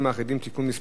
אין מתנגדים ואין נמנעים.